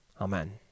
Amen